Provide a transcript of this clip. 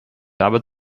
habe